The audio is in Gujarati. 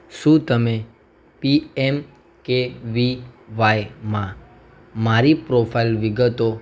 શું તમે પી એમ કે વી વાયમાં મારી પ્રોફાઇલ વિગતો